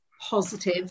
positive